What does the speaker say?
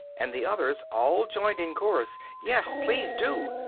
and the others all joined in chorus yes, please do!